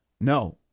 No